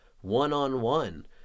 one-on-one